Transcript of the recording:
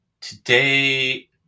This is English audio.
today